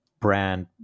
brand